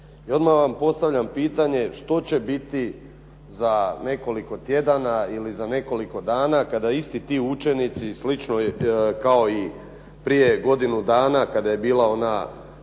odmah vam postavljam pitanje, što će biti za nekoliko tjedana ili za nekoliko da na i kada isti ti učenici i slično, kao i prije godinu dana kada je bila ona matura,